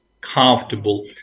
comfortable